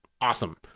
Awesome